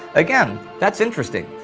again, that's interesting,